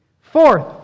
Fourth